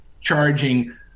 charging